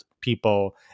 people